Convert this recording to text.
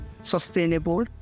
sustainable